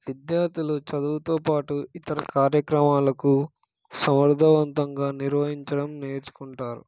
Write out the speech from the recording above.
విద్యార్థులు చదువుతో పాటు ఇతర కార్యక్రమాలను సమర్థవంతంగా నిర్వహించడం నేర్చుకుంటారు